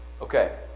Okay